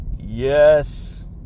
Yes